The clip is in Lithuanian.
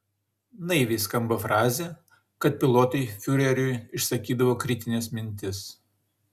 naiviai skamba frazė kad pilotai fiureriui išsakydavo kritines mintis